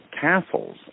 castles